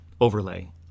overlay